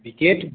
बिकेट